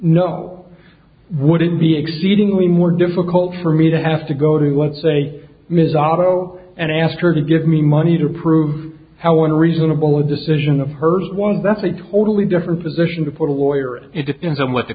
no would it be exceedingly more difficult for me to have to go to let's say ms otto and ask her to give me money to prove how unreasonable a decision of her to one that's a totally different position to put a lawyer it depends on what the